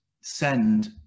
send